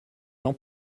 jean